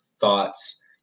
thoughts